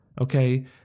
okay